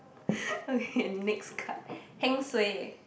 okay next card heng suay